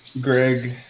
Greg